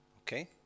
Okay